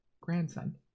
grandson